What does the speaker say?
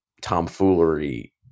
tomfoolery